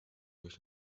durch